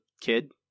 kid